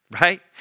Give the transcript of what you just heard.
right